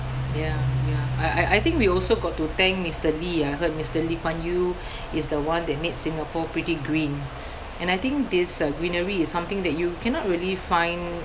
ya ya I I I think we also got to thank mister lee ah I heard mister lee kuan yew is the one that made Singapore pretty green and I think this uh greenery is something that you cannot really find